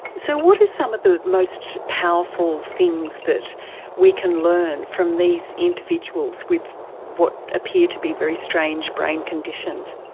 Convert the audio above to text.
so what are some of the most powerful things that we can learn from these individuals with what appear to be very strange brain conditions?